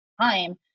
time